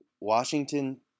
Washington